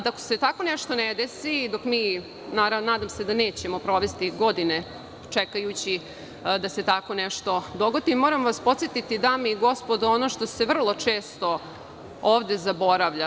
Dok se tako nešto ne desi i nadam se da nećemo provesti godine čekajući da se tako nešto dogodi, moram vas podsetiti na ono što se vrlo često ovde zaboravlja.